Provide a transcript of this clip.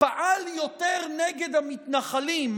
פעל יותר נגד המתנחלים,